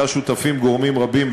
שלה שותפים גורמים רבים,